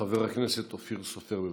חבר הכנסת אופיר סופר, בבקשה.